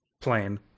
plane